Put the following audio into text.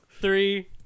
Three